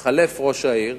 מתחלף ראש העיר